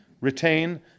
retain